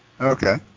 Okay